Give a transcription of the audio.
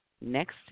next